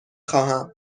خواهم